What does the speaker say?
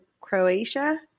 Croatia